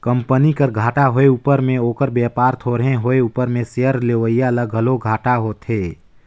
company कर घाटा होए उपर में ओकर बयपार थोरहें होए उपर में सेयर लेवईया ल घलो घाटा होथे